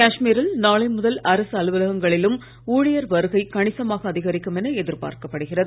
காஷ்மீரில் நாளை முதல் அரசு அலுவலகங்களிலும் ஊழியர் வருகை கணிசமாக அதிகரிக்கும் என எதிர்பார்க்கப் படுகிறது